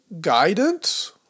guidance